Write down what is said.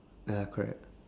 ya correct